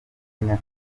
nyakuri